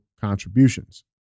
contributions